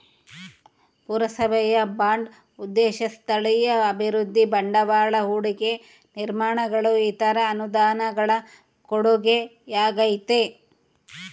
ಪುರಸಭೆಯ ಬಾಂಡ್ ಉದ್ದೇಶ ಸ್ಥಳೀಯ ಅಭಿವೃದ್ಧಿ ಬಂಡವಾಳ ಹೂಡಿಕೆ ನಿರ್ಮಾಣಗಳು ಇತರ ಅನುದಾನಗಳ ಕೊಡುಗೆಯಾಗೈತೆ